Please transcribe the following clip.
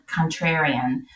contrarian